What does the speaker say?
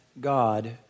God